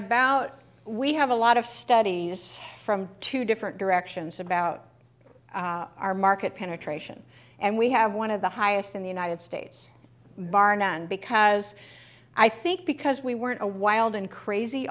about we have a lot of study from two different directions about our market penetration and we have one of the highest in the united states bar none because i think because we weren't a wild and crazy